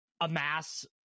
amass